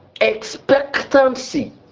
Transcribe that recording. expectancy